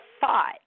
thought